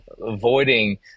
avoiding